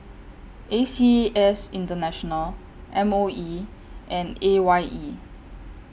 A C S International M O E and A Y E